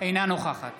אינה נוכחת